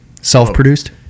self-produced